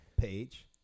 Page